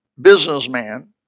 businessman